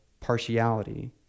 partiality